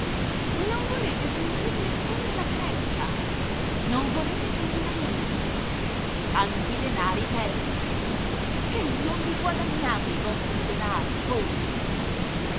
non volete sentire neppure la predica non volete che mi lamenti tanti denari persi che non li guadagnate i vostri denari voi